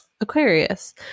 Aquarius